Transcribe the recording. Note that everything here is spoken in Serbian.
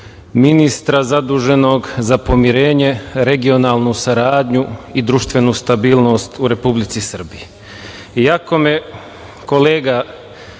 ministra zaduženog za pomirenje, regionalnu saradnju i društvenu stabilnost u Republici Srbiji. Iako me kolega